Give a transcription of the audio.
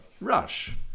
rush